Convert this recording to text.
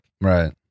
right